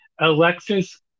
Alexis